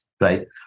Right